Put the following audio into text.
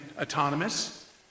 autonomous